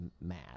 mad